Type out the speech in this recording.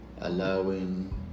Allowing